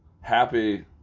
happy